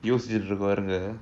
யோசிச்சிபாருங்க:yosichi parunga